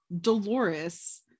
Dolores